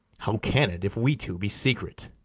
how can it, if we two be secret?